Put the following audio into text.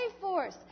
force